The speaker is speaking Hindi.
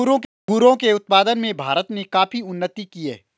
अंगूरों के उत्पादन में भारत ने काफी उन्नति की है